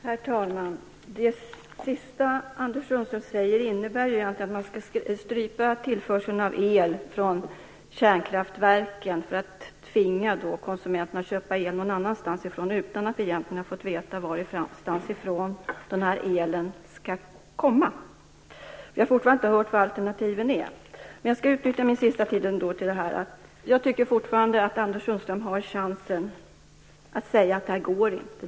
Herr talman! Det sista Anders Sundström säger innebär egentligen att man skall strypa tillförseln av el från kärnkraftverken för att tvinga konsumenterna att köpa el någon annanstans ifrån, utan att vi har fått veta var den här elen skall komma ifrån. Vi har fortfarande inte hört vilka alternativen är. Jag skall utnyttja min sista tid till att ge Anders Sundström chansen att säga att det här inte går.